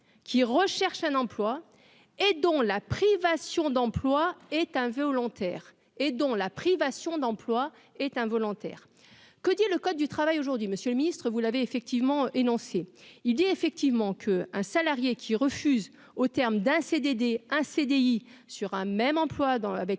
d'emploi est un volontaire et dont la privation d'emploi est involontaire, que dit le code du travail aujourd'hui, Monsieur le Ministre, vous l'avez effectivement et Nancy il dit effectivement qu'un salarié qui refuse au terme d'un CDD, un CDI sur un même emploi dans